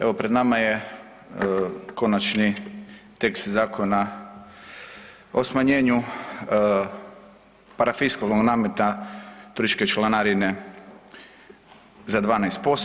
Evo pred nama je konačni tekst zakona o smanjenju parafiskalnog nameta turističke članarine za 12%